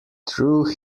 true